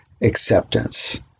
acceptance